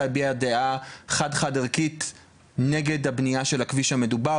הביע דעה חד חד ערכית נגד הבנייה של הכביש המדובר.